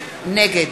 נגד